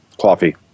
Coffee